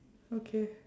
okay